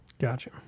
Gotcha